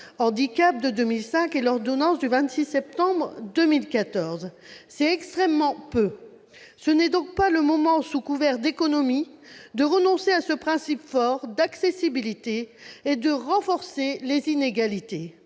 Handicap de 2005 et l'ordonnance du 26 septembre 2014. C'est extrêmement peu. Ce n'est donc le moment ni de renoncer, sous couvert d'économies, à ce principe fort d'accessibilité ni de renforcer les inégalités.